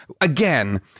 again